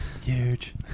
Huge